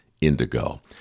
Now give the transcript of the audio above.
indigo